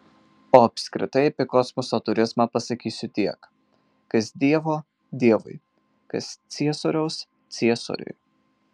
o apskritai apie kosmoso turizmą pasakysiu tiek kas dievo dievui kas ciesoriaus ciesoriui